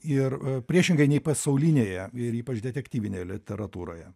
ir priešingai nei pasaulinėje ir ypač detektyvinėje literatūroje